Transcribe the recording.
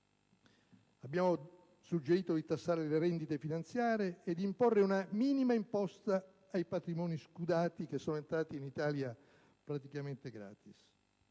Abbiamo suggerito di tassare le rendite finanziarie e di imporre una minima imposta ai patrimoni "scudati", che sono entrati in Italia praticamente gratis.